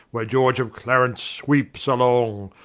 where george of clarence sweepes along,